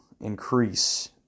increase